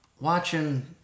watching